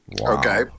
Okay